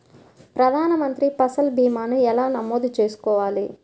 ప్రధాన మంత్రి పసల్ భీమాను ఎలా నమోదు చేసుకోవాలి?